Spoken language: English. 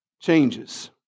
changes